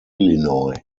illinois